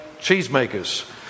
cheesemakers